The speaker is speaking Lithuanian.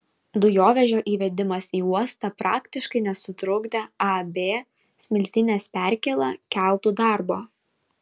dujovežio įvedimas į uostą praktiškai nesutrukdė ab smiltynės perkėla keltų darbo